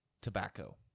tobacco